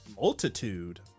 Multitude